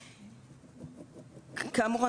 כאמור,